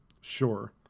sure